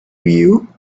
you